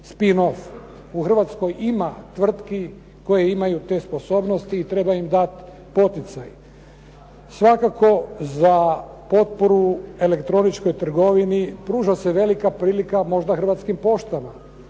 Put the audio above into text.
U Hrvatskoj ima tvrtki koje imaju te sposobnosti i treba im dati poticaj. Svakako za potporu elektroničkoj trgovini pruža se velika prilika možda Hrvatskim poštama.